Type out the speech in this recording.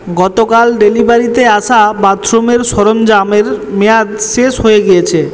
গতকাল ডেলিভারিতে আসা বাথরুমের সরঞ্জামের মেয়াদ শেষ হয়ে গিয়েছে